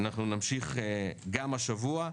יימשכו גם השבוע.